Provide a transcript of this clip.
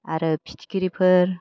आरो फिथिख्रिफोर